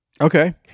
Okay